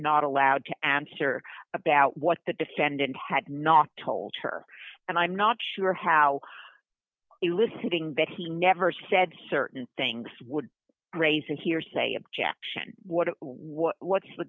not allowed to answer about what the defendant had not told her and i'm not sure how eliciting that he never said certain things would raise a hearsay objection what what what's the